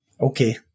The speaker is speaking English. Okay